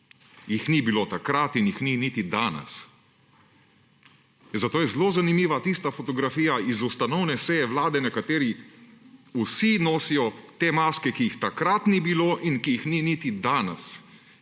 Jih ni bilo takrat in jih ni niti danes. Zato je zelo zanimiva tista fotografija iz ustanovne seje Vlade, na kateri vsi nosijo te maske, ki jih takrat ni bilo in ki jih ni niti danes.